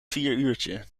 vieruurtje